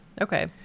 Okay